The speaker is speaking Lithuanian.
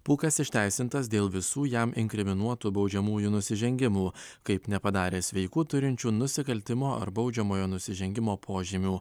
pūkas išteisintas dėl visų jam inkriminuotų baudžiamųjų nusižengimų kaip nepadaręs veikų turinčių nusikaltimo ar baudžiamojo nusižengimo požymių